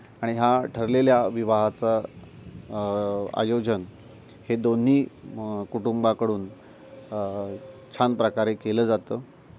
आणि ह्या ठरलेल्या विवाहाचं आयोजन हे दोन्ही कुटुंबाकडून छान प्रकारे केलं जातं